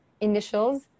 initials